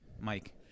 Mike